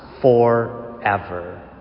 forever